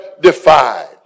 defied